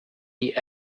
die